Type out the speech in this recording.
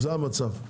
זה המצב.